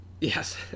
Yes